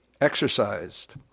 exercised